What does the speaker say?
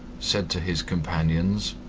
said to his companions,